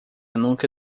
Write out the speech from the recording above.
nunca